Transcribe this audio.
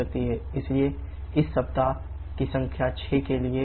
इसलिए यह सप्ताह की संख्या 6 के लिए है